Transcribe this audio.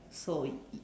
so